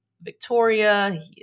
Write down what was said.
Victoria